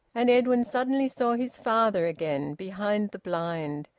and edwin suddenly saw his father again behind the blind,